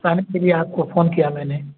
कहने के लिए आपको फ़ोन किया मैंने